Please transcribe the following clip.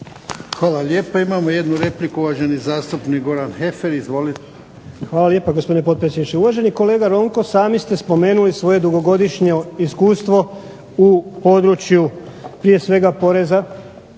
Hvala lijepo. Imamo jednu repliku, uvaženi zastupnik Goran Heffer. Izvolite. **Heffer, Goran (SDP)** Hvala lijepa, gospodine potpredsjedniče. Uvaženi kolega Ronko, sami ste spomenuli svoje dugogodišnje iskustvo u području prije svega poreza